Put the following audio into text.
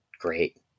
great